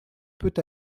peut